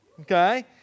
Okay